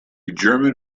german